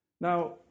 Now